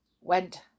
went